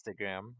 Instagram